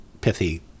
pithy